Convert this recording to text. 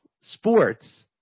sports